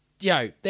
Yo